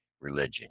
religion